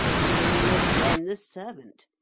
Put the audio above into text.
woman was then the servant.